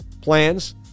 Plans